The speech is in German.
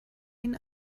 ihn